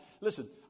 Listen